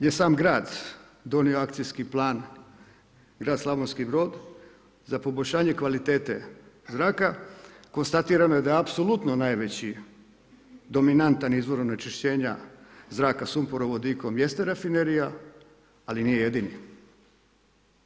Inače, je sam grad, donio akcijski plan grad Slavonski Brod, za poboljšanje kvalitete zraka, konstatirano je da je apsolutno najveći dominantan izvor onečišćenja zraka sumporovodika jeste rafinerija, ali nije jedini.